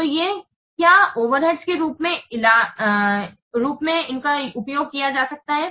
तो ये क्या ओवरहेड्स के रूप में इलाज किया जा सकता है